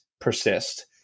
persist